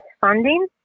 funding